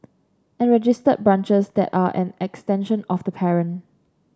and registered branches that are an extension of the parent